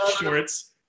shorts